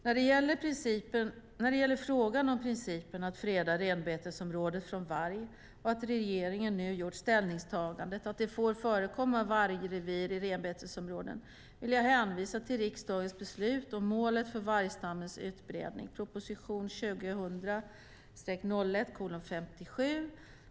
När det gäller frågan om principen att freda renbetesområdet från varg och att regeringen nu gjort ställningstagandet att det får förekomma vargrevir i renbetesområden vill jag hänvisa till riksdagens beslut om målet för vargstammens utbredning .